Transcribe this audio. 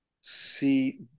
see